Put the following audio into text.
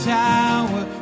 tower